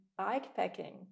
bikepacking